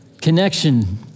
Connection